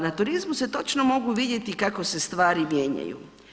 Na turizmu se točno mogu vidjeti kako se stvari mijenjaju.